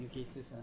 ya